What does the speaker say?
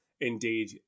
indeed